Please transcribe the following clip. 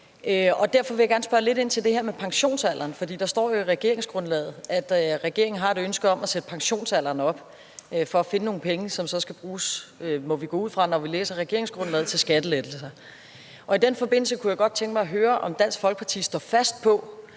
derfor vil jeg gerne spørge lidt ind til det der med pensionsalderen. For der står jo i regeringsgrundlaget, at regeringen har et ønske om at sætte pensionsalderen op for at finde nogle penge, som så skal bruges – må vi gå ud fra, når vi læser regeringsgrundlaget – til skattelettelser. Og i den forbindelse kunne jeg godt tænke mig at høre, om Dansk Folkeparti står fast på,